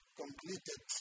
completed